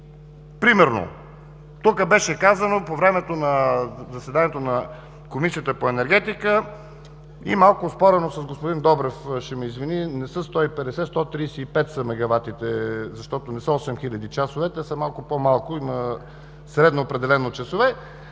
Примерно, тук беше казано по време на заседанието на Комисията по енергетиката и малко оспорено с господин Добрев – ще ме извини, не са 150, а са 135 мегаватите, защото не са 8 квтч, а са малко по-малко на средно определено часове.